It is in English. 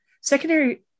secondary